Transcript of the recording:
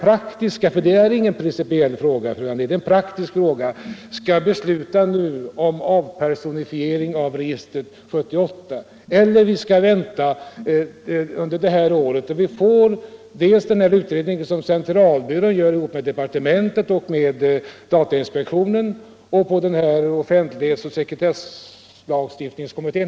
Det vi nu diskuterar är ingen principiell fråga, utan det är en praktisk fråga. Vad det gäller är om vi nu skall besluta om en avpersonifiering av registret 1978 eller om vi skall vänta till dess att vi fått resultaten dels av den utredning som statistiska centralbyrån gör tillsammans med justitiedepartementet och datainspektionen, dels av offentlighetsoch sekretesslagstiftningskommittén.